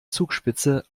zugspitze